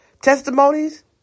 testimonies